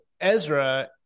Ezra